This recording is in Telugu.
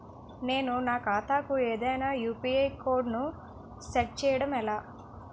నేను నా ఖాతా కు ఏదైనా యు.పి.ఐ కోడ్ ను సెట్ చేయడం ఎలా?